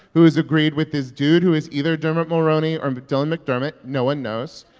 who has agreed with this dude, who is either dermot mulroney or and but dylan mcdermott no one knows